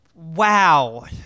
Wow